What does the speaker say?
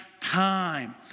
time